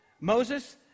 Moses